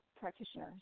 practitioner